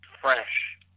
fresh